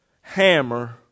hammer